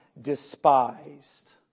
despised